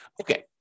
Okay